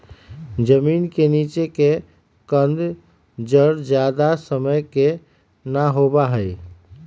जमीन के नीचे के कंद जड़ ज्यादा समय के ना होबा हई